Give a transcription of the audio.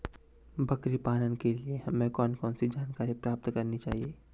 बकरी पालन के लिए हमें कौन कौन सी जानकारियां प्राप्त करनी चाहिए?